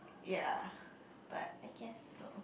ya but I guess so